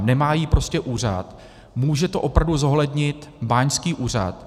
Nemá ji prostě úřad, může to opravdu zohlednit báňský úřad.